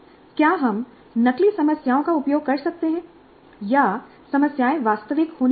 क्या हम नकली समस्याओं का उपयोग कर सकते हैं या समस्याएं वास्तविक होनी चाहिए